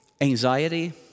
Anxiety